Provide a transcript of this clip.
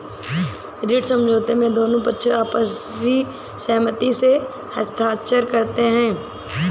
ऋण समझौते में दोनों पक्ष आपसी सहमति से हस्ताक्षर करते हैं